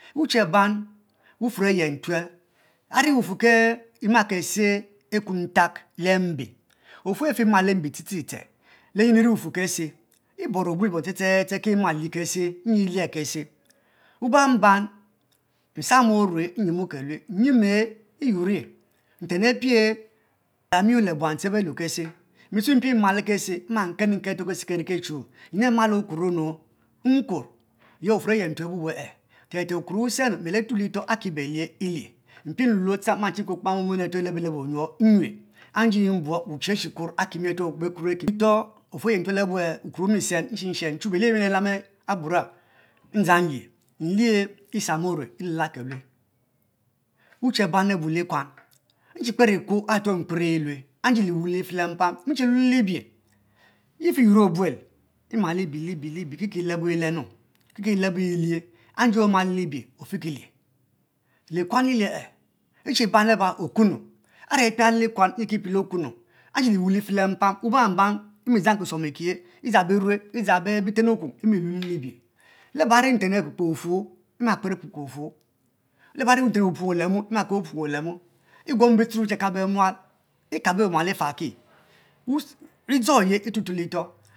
Wuche ban wufuor ay enlue ari wufuor ma kese le ekutals le mbi ofue efewa le mbbie te te te lenyinn iri wufuor kese ibor obuel ste ste ste ke mel lie ke wuban ban nsamo ome nyimu kelue nyima kelue iyuor elu nten apie mieal ami le buan be lue kese mpie ma le kese ma kel are kese kel kechuo yi mal okumo ny nkuor ye wufuor ayenyue sybue e te te wukuoro wusen o miel atue litoh atue litoh akie belie ehie mpie nlue le octcham ma che kper okpoma mom are olebile bo onyou nyue nji mbuong wuchi achi kuor akimi nyue ntuole abue wumisen wurang abu bebune mi nlie nlie nsam ome nlal kelue wuche ban abu likuan ichi kper ikuo are mkpere ilue anji awu lite le mpam nche lue libie, ife yuoro obuelema libie libie lebie keke lenu keke lebo ilue ande oma libie ofe kelie likuan alie chiban daba okuuu chre piale likuan nyi iri ki kpie le okunu are liwu life le mpam waban ban ban mi dzan kiten ekiye dzang kisuom izan bi len okum eleu lue leba ri nten akpe kpe offuo makper akpekpe ofu labo ri nten wupuong olema ma kper wupang olema iguomo bituru beche kabiye mual ekabo mual effaki dzo ye e yue tue litoh